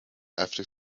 after